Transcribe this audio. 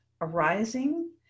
arising